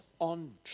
on